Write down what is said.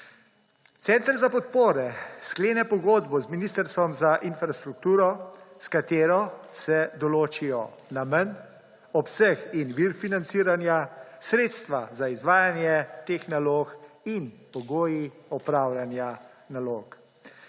Center za podpore sklene pogodbo z Ministrstvom za infrastrukturo, s katero se določijo namen, obseg in vir financiranja, sredstva za izvajanje teh nalog in pogoji opravljanja nalog.